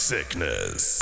Sickness